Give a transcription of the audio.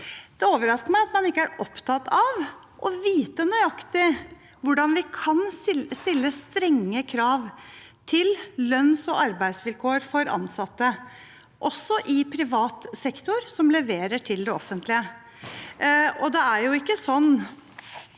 Det overrasker meg at man ikke er opptatt av å vite nøyaktig hvordan vi kan stille strenge krav til lønns- og arbeidsvilkår for ansatte også i privat sektor som leverer til det offentlige. Det er ikke sånn